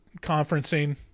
conferencing